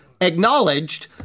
acknowledged